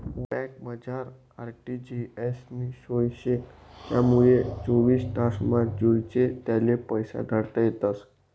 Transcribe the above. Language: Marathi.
बँकमझार आर.टी.जी.एस नी सोय शे त्यानामुये चोवीस तासमा जोइजे त्याले पैसा धाडता येतस